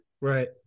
Right